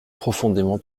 profondément